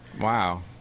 wow